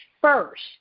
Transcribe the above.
first